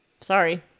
Sorry